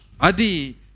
adi